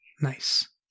Nice